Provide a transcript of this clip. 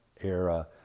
era